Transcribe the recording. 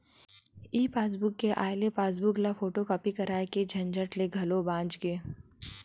ई passbook के आए ले पासबूक ल फोटूकापी कराए के झंझट ले घलो बाच गे